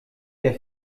der